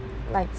likes